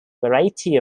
variety